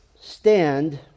stand